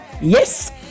Yes